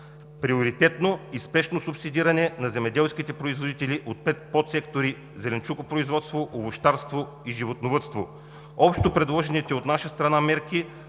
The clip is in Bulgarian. приоритетно и спешно субсидиране на земеделските производители от подсектори „Зеленчукопроизводство“, „Овощарство“ и „Животновъдство“. Общо предложените от наша страна мерки